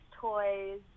toys